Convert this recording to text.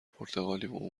پرتغالیم